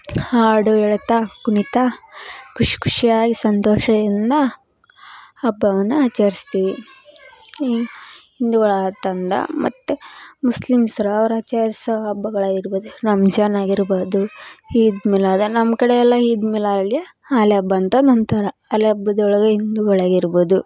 ಹಾಡು ಹೇಳ್ತ ಕುಣೀತ ಖುಷಿಖುಷಿಯಾಗಿ ಸಂತೋಷದಿಂದ ಹಬ್ಬವನ್ನು ಆಚರ್ಸ್ತೀವಿ ಈ ಹಿಂದುಗಳಾತಂದ ಮತ್ತು ಮುಸ್ಲಿಮ್ಸ್ರು ಅವ್ರು ಆಚರಿಸೋ ಹಬ್ಬಗಳು ಆಗಿರ್ಬೋದು ರಂಜಾನ್ ಆಗಿರ್ಬೋದು ಈದ್ ಮಿಲಾದ್ ನಮ್ಮ ಕಡೆ ಎಲ್ಲ ಈದ್ ಮಿಲಾ ಅಲ್ಲಿ ಹಾಲಿ ಹಬ್ಬ ಅಂತನೂ ಅಂತಾರೆ ಆಲಿ ಹಬ್ಬದೊಳಗ ಹಿಂದುಗಳಾಗಿರ್ಬೋದು